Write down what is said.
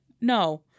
No